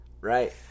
right